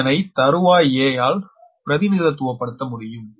இதனை தறுவாய் 'a' ஆல் பிரதினித்துவபடுத்த முடியும்